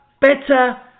better